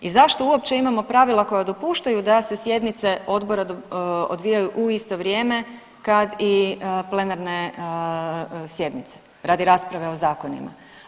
I zašto uopće imamo pravila koja dopuštaju da se sjednice odbora odvijaju u isto vrijeme kad i plenarne sjednice radi rasprave o zakonima.